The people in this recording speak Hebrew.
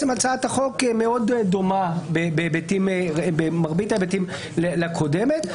הצעת החוק מאוד דומה במרבית ההיבטים לזו הקודמת,